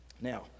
Now